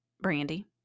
Brandy